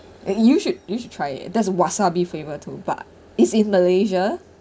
eh you should you should try it there's a wasabi flavour too but is in malaysia